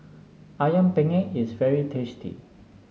ayam Penyet is very tasty